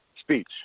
speech